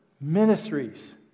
ministries